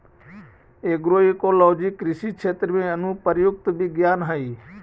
agroecology कृषि क्षेत्र में अनुप्रयुक्त विज्ञान हइ